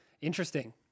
interesting